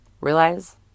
realize